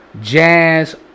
jazz